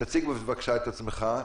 בבקשה, הצג את עצמך,